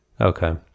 okay